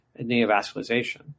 neovascularization